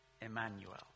Emmanuel